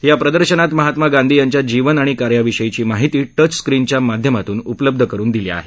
या प्रदर्शानात महात्मा गांधी यांच्या जीवन आणि कार्याविषयीची माहिती टच स्क्रीनच्या माध्यमातून उपलब्ध करून दिली आहे